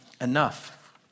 enough